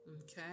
okay